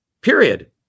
Period